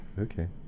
Okay